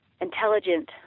intelligent